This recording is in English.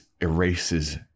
erases